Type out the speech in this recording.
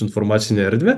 informacinę erdvę